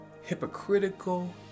hypocritical